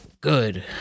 good